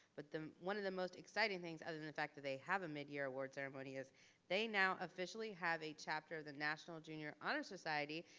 but the one of the most exciting things other than the fact that they have a midyear award ceremony is they now officially have a chapter of the national junior honor society,